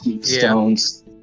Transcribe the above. Stones